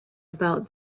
about